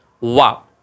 wow